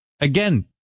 Again